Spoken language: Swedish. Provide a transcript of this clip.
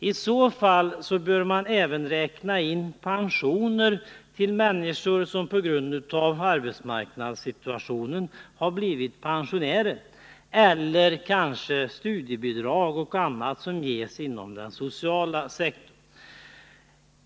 I så fall bör man även räkna in pensioner till människor som på grund av arbetsmarknadssituationen har blivit pensionärer — eller kanske studiebidrag och annat som ges inom den sociala sektorn.